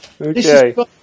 Okay